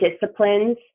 disciplines